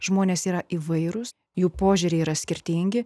žmonės yra įvairūs jų požiūriai yra skirtingi